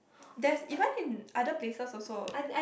that's even in other places also